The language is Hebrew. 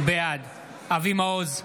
בעד אבי מעוז,